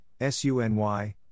SUNY